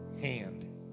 hand